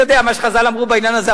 אני יודע מה שחז"ל אמרו בעניין הזה.